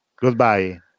goodbye